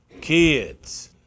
kids